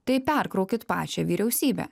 tai perkraukit pačią vyriausybę